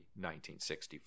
1964